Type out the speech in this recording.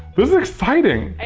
this is exciting.